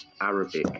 Arabic